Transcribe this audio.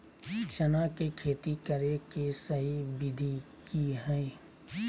चना के खेती करे के सही विधि की हय?